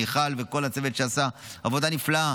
מיכל וכל הצוות שעשה עבודה נפלאה.